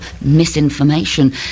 misinformation